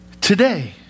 today